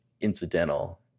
incidental